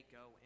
go